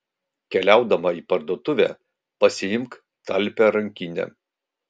keliaudama į parduotuvę pasiimk talpią rankinę